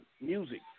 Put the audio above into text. music